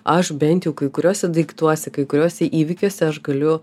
aš bent jau kai kuriuose daiktuose kai kuriuose įvykiuose aš galiu